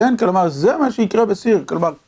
כן? כלומר, זה מה שיקרה בסיר, כלומר.